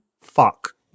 Fuck